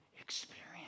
experience